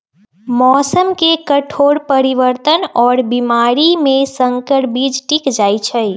मौसम के कठोर परिवर्तन और बीमारी में संकर बीज टिक जाई छई